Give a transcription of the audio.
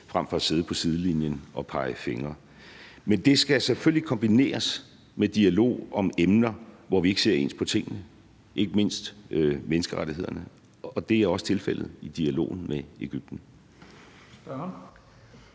frem for at sidde på sidelinjen og pege fingre. Men det skal selvfølgelig kombineres med dialog om emner, hvor vi ikke ser ens på tingene, ikke mindst menneskerettighederne. Det er også tilfældet i dialogen med Egypten.